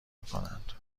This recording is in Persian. میکنند